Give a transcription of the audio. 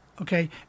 okay